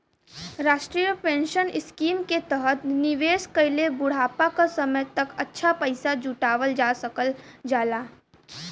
राष्ट्रीय pension scheme के तहत निवेश कइके बुढ़ापा क समय तक अच्छा पैसा जुटावल जा सकल जाला